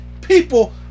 people